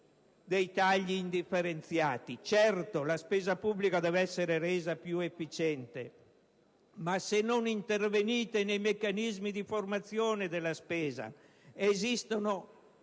Certo, la spesa pubblica deve essere resa più efficiente, ma dovete intervenire nei meccanismi di formazione della spesa. Esistono risultati